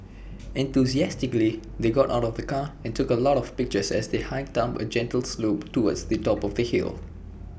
enthusiastically they got out of the car and took A lot of pictures as they hiked up A gentle slope towards the top of the hill